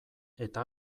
eta